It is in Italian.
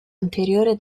anteriore